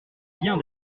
vient